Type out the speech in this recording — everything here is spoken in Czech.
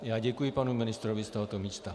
Já děkuji panu ministrovi z tohoto místa.